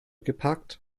geparkt